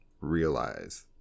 realize